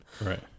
Right